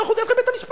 אנחנו נלך לבית-המשפט,